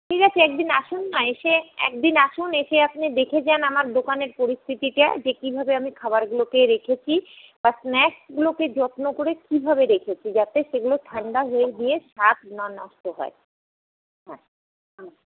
ঠিক আছে একদিন আসুন না এসে একদিন আসুন এসে আপনি দেখে যান আমার দোকানের পরিস্থিতিটা যে কীভাবে আমি খাবারগুলোকে রেখেছি বা স্ন্যাক্সগুলোকে যত্ন করে কীভাবে রেখেছি যাতে সেগুলো ঠান্ডা হয়ে গিয়ে স্বাদ না নষ্ট হয় হ্যাঁ হ্যাঁ